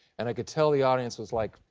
and i could tell the audience was like,